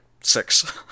six